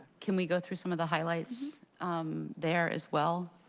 can we go through some of the highlights there as well?